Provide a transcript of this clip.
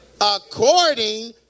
According